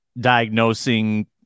diagnosing